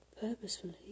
Purposefully